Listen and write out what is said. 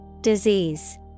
Disease